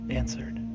answered